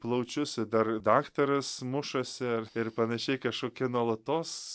plaučius i dar daktaras mušasi ar panašiai kašokie nuolatos